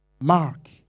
Mark